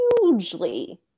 hugely